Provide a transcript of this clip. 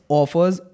offers